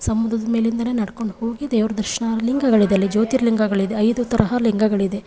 ಸಮುದ್ರದ ಮೇಲಿಂದಲೇ ನಡ್ಕೊಂಡು ಹೋಗಿ ದೇವ್ರ ದರ್ಶನ ಲಿಂಗಗಳಿದೆ ಅಲ್ಲಿ ಜ್ಯೋತಿರ್ಲಿಂಗಗಳಿದೆ ಐದು ತರಹ ಲಿಂಗಗಳಿದೆ